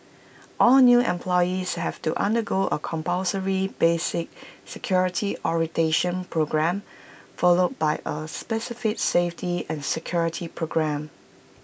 all new employees have to undergo A compulsory basic security orientation programme followed by A specific safety and security programme